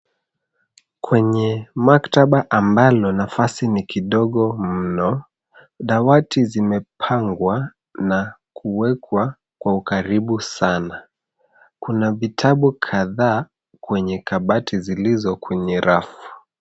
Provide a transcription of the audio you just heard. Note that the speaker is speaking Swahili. Kwneye maktaba ambalo nafasi ni kidogo mno ,dawati zimepangwa na kuwekwa kwa ukaribu sana . Kuna vitabu kadhaa kwenye kabati zilizo kwenye rafu.